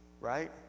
right